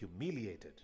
humiliated